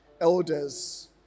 elders